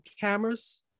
cameras